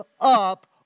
up